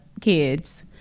kids